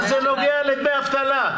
מה זה נוגע לדמי אבטלה?